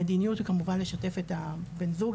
המדיניות היא כמובן לשתף את בן הזוג,